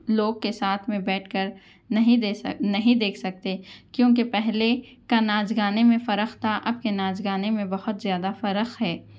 لوگ کے ساتھ میں بیٹھ کر نہیں دے سکتے نہیں دیکھ سکتے کیونکہ پہلے کا ناچ گانے میں فرق تھا اب کے ناچ گانے میں بہت زیادہ فرق ہے